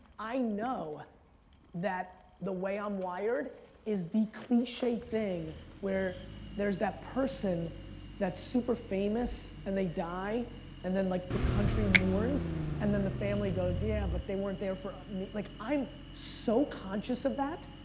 i know that the way i'm wired is the cliche thing where there's that person that's super famous and they die and then like the country mourns and then the family goes, yeah, but there weren't there for me. like i'm so conscious of that,